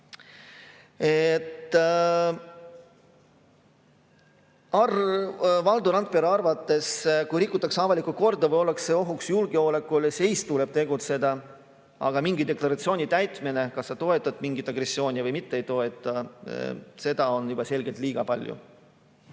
Valdo Randpere arvates, kui rikutakse avalikku korda või ollakse ohuks julgeolekule, siis tuleb tegutseda. Aga mingi deklaratsiooni täitmine, kas sa toetad mingit agressiooni või ei toeta, seda on juba selgelt liiga palju.